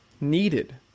needed